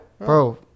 Bro